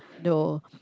no